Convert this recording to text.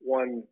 one